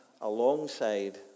alongside